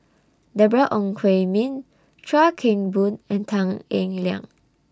Deborah Ong Hui Min Chuan Keng Boon and Tan Eng Liang